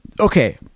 Okay